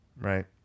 right